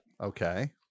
Okay